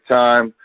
time